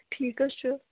ٹھیٖک حظ چھُ